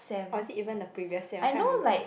or is it even the previous year I can't remember